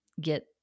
get